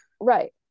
right